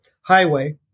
highway